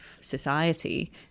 society